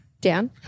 Dan